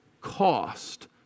cost